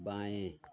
बाएँ